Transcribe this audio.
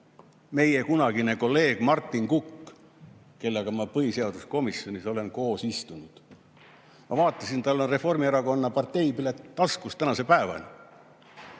Meie kunagine kolleeg Martin Kukk, kellega ma põhiseaduskomisjonis olen koos istunud – ma vaatasin, tal on Reformierakonna parteipilet taskus tänase päevani.